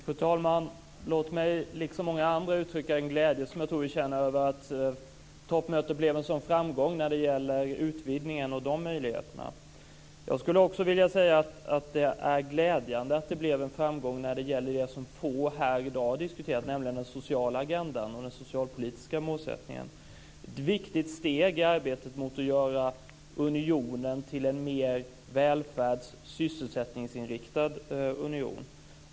Fru talman! Låt mig liksom många andra uttrycka den glädje som jag tror att vi känner över att toppmötet blev en sådan framgång när det gäller möjligheterna till utvidgning. Jag skulle också vilja säga att det är glädjande att det blev en framgång när det gäller det som få här i dag diskuterat, nämligen den sociala agendan och den socialpolitiska målsättningen. Det är ett viktigt steg i arbetet med att göra unionen till en mer välfärds och sysselsättningsinriktad union.